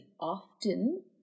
often